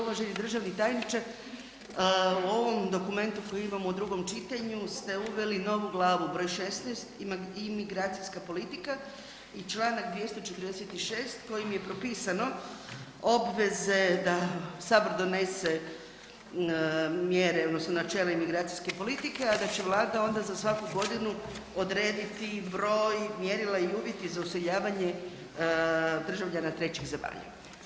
Uvaženi državni tajniče, u ovom dokumentu koji imamo u drugom čitanju ste uveli novu glavu broj 16. imigracijska politika i Članak 246. kojim je propisano obveze da sabor donese mjere odnosno načela imigracijske politike, a da će Vlada onda za svaku godinu odrediti broj mjerila i uvjete za useljavanje državljana trećih zemalja.